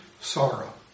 sorrow